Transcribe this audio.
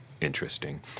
interesting